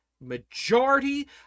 majority